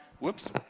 Whoops